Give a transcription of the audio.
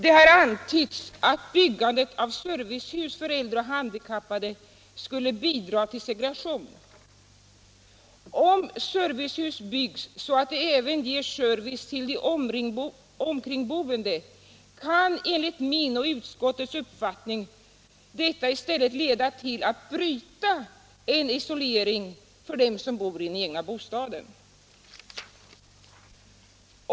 Det har antytts att byggandet av servicehus för äldre och handikappade skulle bidra till segregation. Om servicehus byggs så att de även ger service till de omkringboende kan enligt min och utskottets uppfattning detta i stället leda till att bryta en isolering för dem som bor i den egna bostaden.